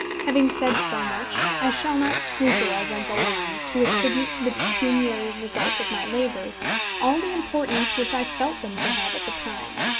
having said so much, i shall not scruple as i go on to attribute to the pecuniary result of my labours all the importance which i felt them to have at the time.